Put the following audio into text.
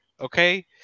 okay